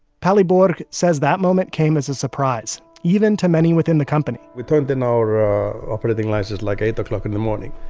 palli borg says that moment came as a surprise even to many within the company we turned in our ah operating license, like, eight o'clock in the morning.